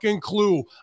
clue